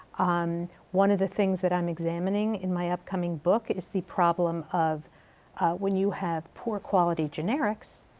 um one of the things that i'm examining in my upcoming book is the problem of when you have poor quality generics,